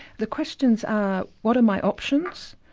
the questions are what are my options?